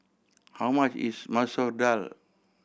how much is Masoor Dal